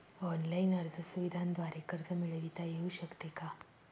Online अर्ज सुविधांद्वारे कर्ज मिळविता येऊ शकते का?